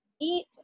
eat